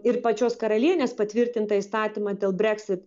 ir pačios karalienės patvirtintą įstatymą dėl brexit